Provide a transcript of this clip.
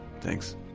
Thanks